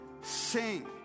sing